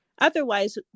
otherwise